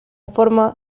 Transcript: forma